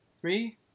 Three